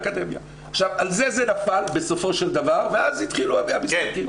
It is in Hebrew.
על זה זה נפל בסופו של דבר, ואז התחילו המשחקים.